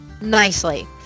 nicely